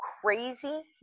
crazy